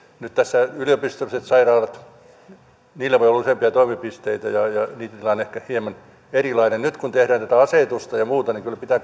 nyt tässä yliopistollisilla sairaaloilla voi olla useampia toimipisteitä ja niitten tilanne on ehkä hieman erilainen nyt kun tehdään tätä asetusta ja muuta niin kyllä pitää